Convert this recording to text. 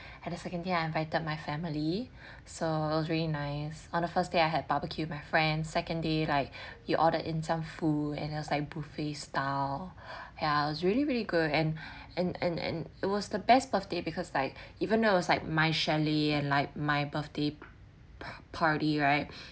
and the second day I invited my family so it's really nice on the first day I had barbecue with my friend second day like you order in some food and it was like buffet style ya was really really good and and and and it was the best birthday because like even though it's like my chalet and like my birthday par~ party right